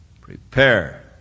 prepare